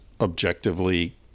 objectively